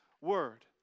word